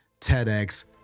TEDx